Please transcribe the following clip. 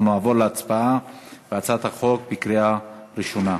אנחנו נעבור להצבעה על הצעת החוק בקריאה ראשונה.